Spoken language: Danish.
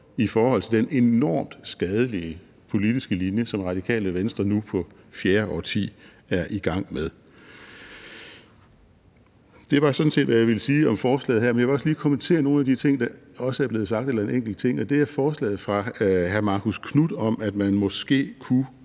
i forhold til den enormt skadelige politiske linje, som Det Radikale Venstre nu på fjerde årti er i gang med. Det var sådan set, hvad jeg ville sige om forslaget her, men jeg vil også lige kommentere en enkelt ting, der er blevet sagt, og det er forslaget fra hr. Marcus Knuth om, at man måske kunne